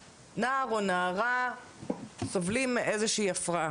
נער, או נערה סובלים איזושהי הפרעה,